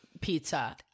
pizza